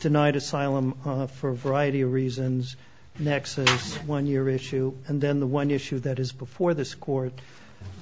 tonight asylum for a variety of reasons the next one year issue and then the one issue that is before this court